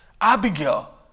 Abigail